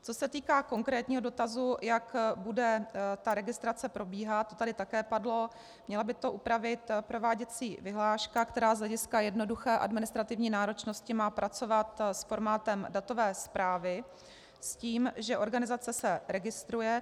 Co se týká konkrétního dotazu, jak bude registrace probíhat, to tady také padlo, měla by to upravit prováděcí vyhláška, která z hlediska jednoduché administrativní náročnosti má pracovat s formátem datové zprávy, s tím, že organizace se registruje.